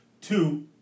two